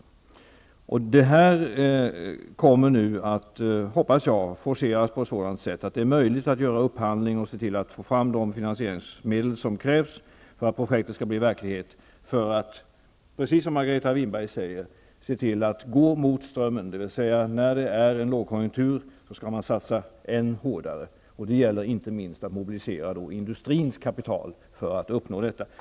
Jag hoppas att det här kommer att forceras på ett sådant sätt att det är möjligt att göra upphandling och se till att få fram de finansieringsmedel som krävs för att projektet skall bli verklighet. Detta skall göras, precis som Margareta Winberg säger, för att man skall se till att gå mot strömmen, dvs. under en lågkonjunktur skall man satsa ännu hårdare. Det gäller då inte minst att mobilisera industrins kapital.